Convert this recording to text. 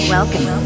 Welcome